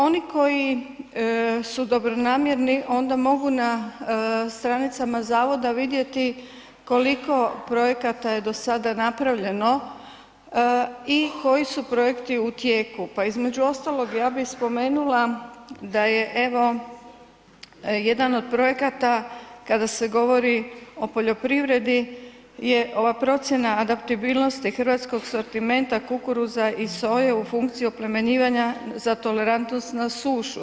Oni koji su dobronamjerni onda mogu na stranicama zavoda vidjeti koliko projekata je do sada napravljeno i koji su projekti u tijeku, pa između ostalog ja bi spomenula da je evo jedan od projekata kada se govori o poljoprivredi je ova procjena adaptibilnosti hrvatskog sortimenta kukuruza i soje u funkciji oplemenjivanja za tolerantnost na sušu.